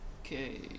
Okay